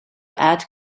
add